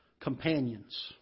Companions